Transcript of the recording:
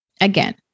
again